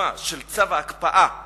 הדוגמה של צו ההקפאה הזה,